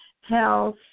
health